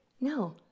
No